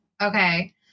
Okay